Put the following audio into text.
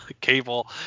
Cable